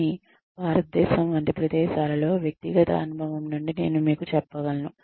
కానీ భారతదేశం వంటి ప్రదేశాలలో వ్యక్తిగత అనుభవం నుండి నేను మీకు చెప్పగలను